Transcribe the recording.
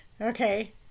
Okay